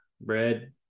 bread